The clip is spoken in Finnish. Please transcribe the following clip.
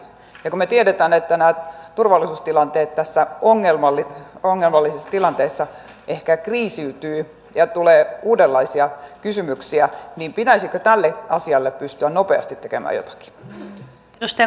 kun me tiedämme että nämä turvallisuustilanteet tässä ongelmallisessa tilanteessa ehkä kriisiytyvät ja tulee uudenlaisia kysymyksiä niin pitäisikö tälle asialle pystyä nopeasti tekemään jotakin